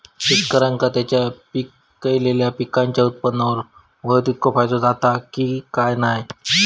शेतकऱ्यांका त्यांचा पिकयलेल्या पीकांच्या उत्पन्नार होयो तितको फायदो जाता काय की नाय?